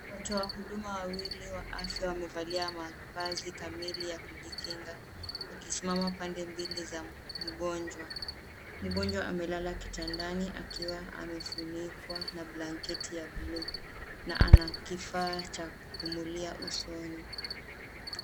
Watu wa huduma wawili wa afya wamevalia mavazi kamili ya kujikinga wakisimama pande mbili za mgonjwa. Mgonjwa amelala kitandani akiwa amefunikwa na blanketi ya bluu na ana kifaa cha kupumulia usoni.